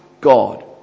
God